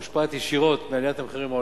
מושפעת ישירות מעליית המחירים העולמית.